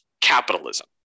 capitalism